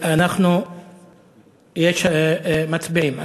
אנחנו מצביעים,